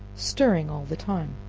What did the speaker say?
stirring all the time.